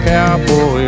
Cowboy